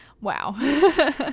wow